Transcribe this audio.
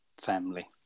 family